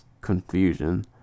confusion